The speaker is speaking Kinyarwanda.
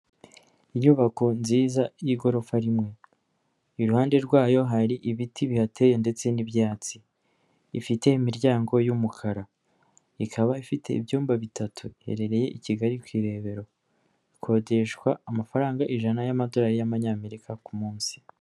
Inyubako nziza y'igorofa rimwe, iruhande rwayo hari ibiti bihateye ndetse n'ibyatsi, ifite imiryango y'umukara, ikaba ifite ibyumba bitatu, iherereye i Kigali ku Irebero, ikodeshwa amafaranga ijana y'amadolarari y'Amanyamerika ku munsi.